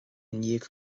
ndiaidh